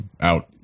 out